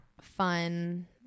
fun